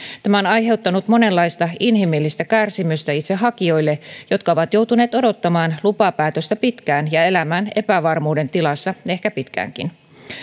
tämä on aiheuttanut monenlaista inhimillistä kärsimystä itse hakijoille jotka ovat joutuneet odottamaan lupapäätöstä pitkään ja elämään epävarmuuden tilassa ehkä pitkäänkin